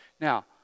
Now